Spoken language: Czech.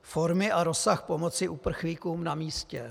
Formy a rozsah pomoci uprchlíkům na místě.